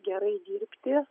gerai dirbti